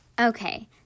Okay